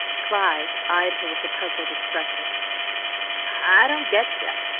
clive eyed her with a puzzled expression i don't getcha!